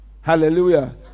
Hallelujah